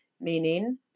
meaning